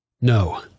No